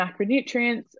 macronutrients